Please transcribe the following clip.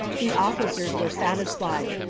the officers were satisfied.